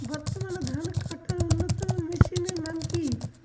বর্তমানে ধান কাটার অন্যতম মেশিনের নাম কি?